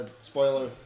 spoiler